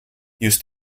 used